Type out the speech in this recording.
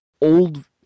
old